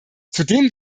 zudem